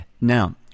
now